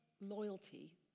loyalty